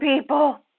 people